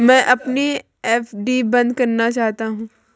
मैं अपनी एफ.डी बंद करना चाहता हूँ